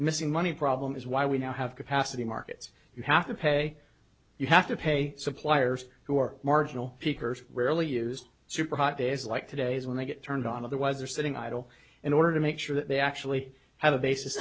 missing money problem is why we now have capacity markets you have to pay you have to pay suppliers who are marginal peakers rarely used super hot days like today's when they get turned on of the was are sitting idle in order to make sure that they actually have a basis